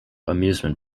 amusement